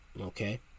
Okay